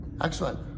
Excellent